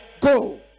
Go